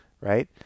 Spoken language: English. right